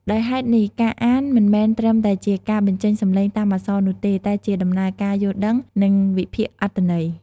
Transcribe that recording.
ដោយហេតុនេះ ការអាន មិនមែនត្រឹមតែជាការបញ្ចេញសំឡេងតាមអក្សរនោះទេ តែជាដំណើរការយល់ដឹង និងវិភាគអត្ថន័យ។